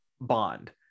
bond